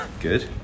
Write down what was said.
Good